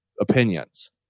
opinions